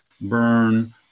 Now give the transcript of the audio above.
burn